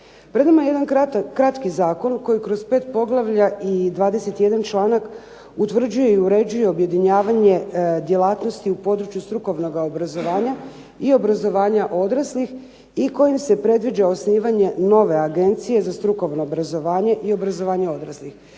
Pred nama je jedan kratki zakon koji kroz pet poglavlja i 21. članak utvrđuje i uređuje objedinjavanje djelatnosti u području strukovnoga obrazovanja i obrazovanja odraslih i kojim se predviđa osnivanje nove Agencije za strukovno obrazovanje i obrazovanje odraslih.